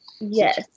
Yes